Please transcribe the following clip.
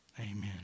Amen